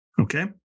okay